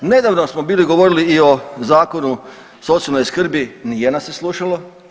Nedavno smo bili govorili i o Zakonu o socijalnoj skrbi, nije nas se slušalo.